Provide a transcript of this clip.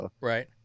Right